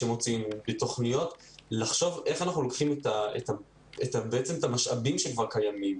שמוציאים ובתוכניות לחשוב איך אנחנו לוקחים את המשאבים שכבר קיימים,